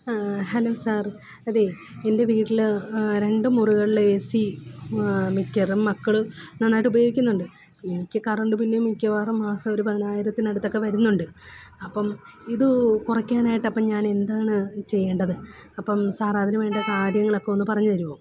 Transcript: hello sir അതേ എന്റെ വീട്ടിൽ രണ്ട് മുറികളിലെ എ സി മിക്കതും മക്കൾ നന്നായിട്ട് ഉപയോഗിക്കുന്നുണ്ട് എനിക്ക് കറൻറ് ബിൽ മിക്കവാറും മാസം ഒരു പതിനായിരത്തിനടുത്തൊക്കെ വരുന്നുണ്ട് അപ്പം ഇത് കുറയ്ക്കാനായിട്ട് അപ്പം ഞാണ് എന്താണ് ചെയ്യേണ്ടത് അപ്പം സാർ അതിന് വേണ്ട കാര്യങ്ങളൊക്കെ ഒന്ന് പറഞ്ഞ് തരുമോ